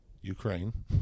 Ukraine